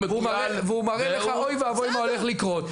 והוא מראה לך, אוי ואבוי מה הולך לקרות.